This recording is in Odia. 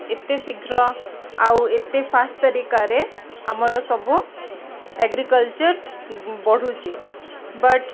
ଏତେ ଶୀଘ୍ର ଆଉ ଏତେ ଫାଷ୍ଟ ତରିକାରେ ଆମର ସବୁ ଏଗ୍ରିକଲଚର ବଢ଼ୁଛି ବଟ୍